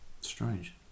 Strange